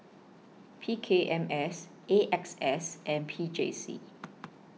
P K M S A X S and P J C